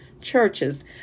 churches